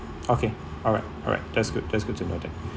okay alright alright that's good that's good to know that